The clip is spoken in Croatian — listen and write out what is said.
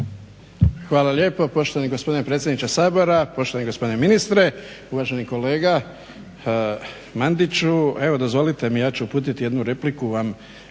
Hvala lijepo. Poštovani gospodine predsjedniče Sabora, poštovani gospodine ministre, uvaženi kolega Mandiću evo dozvolite mi ja ću uputiti jednu repliku vam.